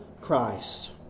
Christ